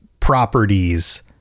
Properties